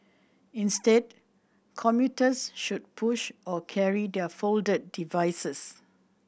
instead commuters should push or carry their folded devices